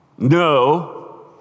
No